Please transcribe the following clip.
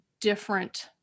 different